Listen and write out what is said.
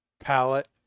Palette